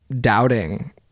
doubting